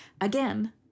again